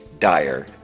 dire